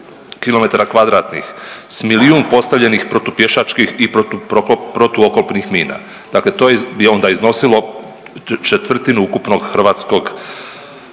km2 s milijun postavljenih protu pješačkih i protu oklopnih mina. Dakle, to bi onda iznosilo četvrtinu ukupnog hrvatskog